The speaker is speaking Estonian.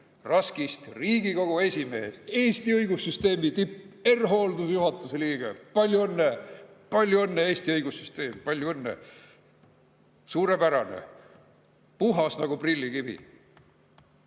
Raskist [Riigikohtu] esimees, Eesti õigussüsteemi tipp, R-Hoolduse juhatuse liige. Palju õnne! Palju õnne Eesti õigussüsteem! Palju õnne! Suurepärane! Puhas nagu prillikivi!